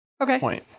Okay